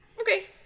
Okay